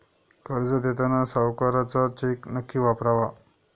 कर्ज देताना सावकाराचा चेक नक्की वापरावा